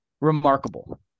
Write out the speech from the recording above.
remarkable